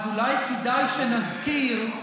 אז אולי כדאי שנזכיר,